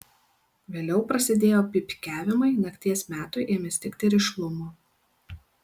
vėliau prasidėjo pypkiavimai nakties metui ėmė stigti rišlumo